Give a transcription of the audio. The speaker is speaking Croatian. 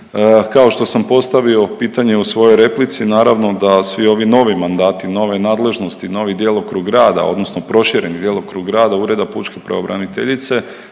Kao što sam postavio pitanje u svojoj replici naravno da svi ovi novi mandati, nove nadležnosti, novi djelokrug rada odnosno prošireni djelokrug rada Ureda pučke pravobraniteljice